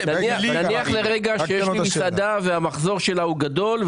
נניח שיש לי מסעדה והמחזור שלה הוא גדול,